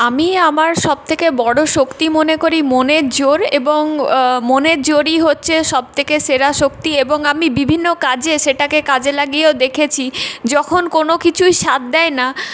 আমি আমার সব থেকে বড়ো শক্তি মনে করি মনের জোর এবং মনের জোরই হচ্ছে সব থেকে সেরা শক্তি এবং আমি বিভিন্ন কাজে সেটাকে কাজে লাগিয়েও দেখেছি যখন কোনও কিছুই সাথ দেয় না